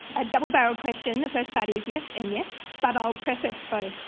a double-barrelled question. the first part is yes, and yes, but i'll preface both.